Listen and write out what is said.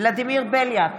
ולדימיר בליאק,